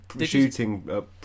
shooting